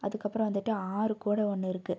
அதுக்கப்புறம் வந்துட்டு ஆறு கூட ஒன்று இருக்குது